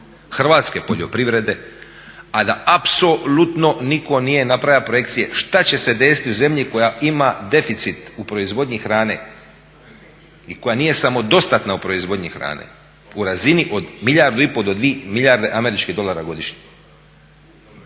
hrvatske poljoprivrede, a da apsolutno nitko nije napravija projekcije šta će se desiti u zemlji koja ima deficit u proizvodnji hrane i koja nije samodostatna u proizvodnji hrane u razini od milijardu i po do dvi milijarde američkih dolara godišnje.